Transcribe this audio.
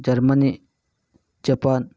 Germany Japan